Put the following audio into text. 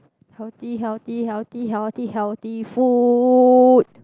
healthy healthy healthy healthy healthy food